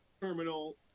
terminal